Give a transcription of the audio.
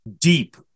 deep